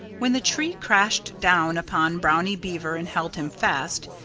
when the tree crashed down upon brownie beaver and held him fast,